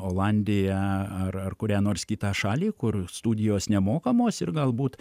olandiją ar ar kurią nors kitą šalį kur studijos nemokamos ir galbūt